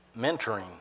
mentoring